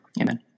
Amen